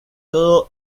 todo